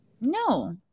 no